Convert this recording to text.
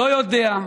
לא יודע,